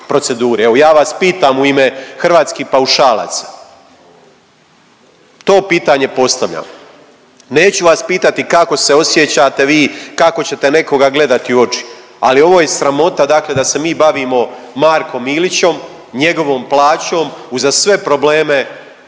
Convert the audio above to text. ja vas pitam u ime hrvatskih paušalaca, to pitanje postavljam. Neću vas pitati kako se osjećate vi, kako ćete nekoga gledati u oči, ali ovo je sramota da se mi bavimo Markom Milićom, njegovom plaćom uza sve probleme